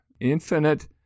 infinite